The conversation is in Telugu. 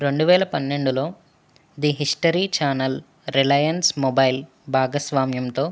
రెండు వేల పన్నెండులో the History Channel Reliance Mobile భాగస్వామ్యంతో